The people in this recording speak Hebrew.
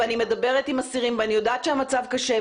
אני מדברת עם אסירים ואני יודעת שהמצב קשה,